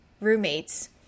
roommates